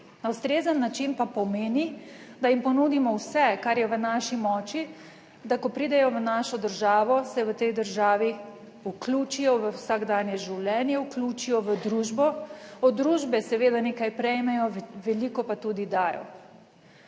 Na ustrezen način pa pomeni, da jim ponudimo vse, kar je v naši moči, da ko pridejo v našo državo, se v tej državi vključijo v vsakdanje življenje, vključijo v družbo, od družbe seveda nekaj prejmejo, veliko pa tudi dajo.